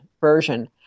version